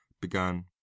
began